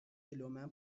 جلومن